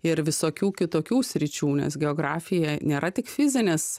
ir visokių kitokių sričių nes geografija nėra tik fizinis